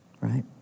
right